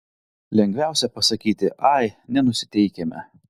lengviausia pasakyti ai nenusiteikėme